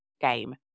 game